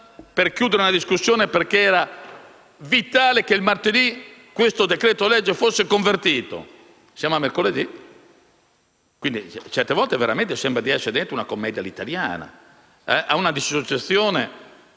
per chiudere la discussione perché era vitale che il martedì questo decreto-legge fosse convertito. Siamo a mercoledì. Certe volte sembra veramente di essere dentro una commedia all'italiana, ad una dissociazione